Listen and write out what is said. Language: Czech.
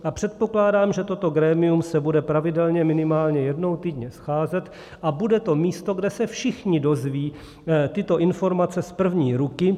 A předpokládám, že toto grémium se bude pravidelně, minimálně jednou týdně scházet a bude to místo, kde se všichni dozvědí tyto informace z první ruky.